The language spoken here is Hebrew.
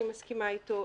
אני מסכימה איתו,